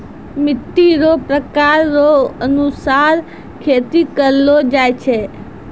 मिट्टी रो प्रकार रो अनुसार खेती करलो जाय छै